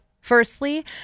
Firstly